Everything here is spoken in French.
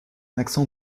accent